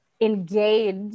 engage